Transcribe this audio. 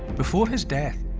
before his death,